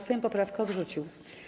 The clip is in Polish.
Sejm poprawkę odrzucił.